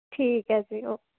ਠੀਕ ਹੈ ਜੀ ਓ